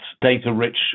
data-rich